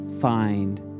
find